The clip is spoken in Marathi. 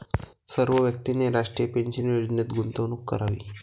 सर्व व्यक्तींनी राष्ट्रीय पेन्शन योजनेत गुंतवणूक करावी